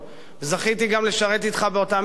זכיתי גם לשרת אתך באותה ממשלה,